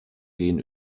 gehen